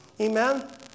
Amen